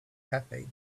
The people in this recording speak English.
happy